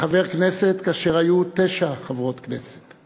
כחבר כנסת כאשר היו תשע חברות כנסת,